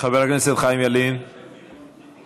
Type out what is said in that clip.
חבר הכנסת חיים ילין, מוותר,